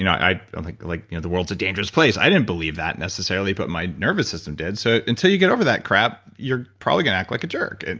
you know i don't think like you know the world's a dangerous place. i didn't believe that necessarily, but my nervous system did, so until you get over that crap you're probably going to act like a jerk and